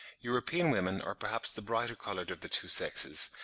european women are perhaps the brighter coloured of the two sexes,